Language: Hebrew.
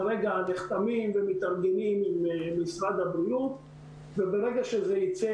כרגע נחתמים ומתארגנים עם משרד הבריאות וברגע שזה ייצא